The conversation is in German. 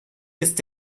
ist